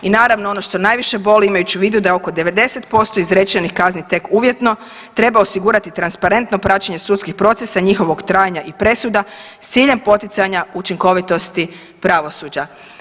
I naravno ono što najviše boli imajući u vidu da je oko 90% izrečenih kazni tek uvjetno treba osigurati transparentno praćenje sudskih procesa i njihovog trajanja i presuda s ciljem poticanja učinkovitosti pravosuđa.